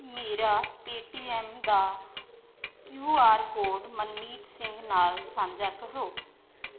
ਮੇਰਾ ਪੇਟੀਐੱਮ ਦਾ Q R code Manmeet Singh ਨਾਲ ਸਾਂਝਾ ਕਰੋ